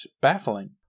baffling